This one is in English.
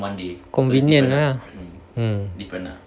convenient lah mm